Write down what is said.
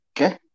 okay